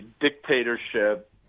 dictatorship